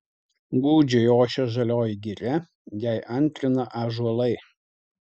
gūdžiai ošia žalioji giria jai antrina ąžuolai